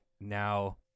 now